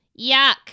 yuck